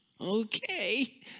Okay